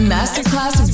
Masterclass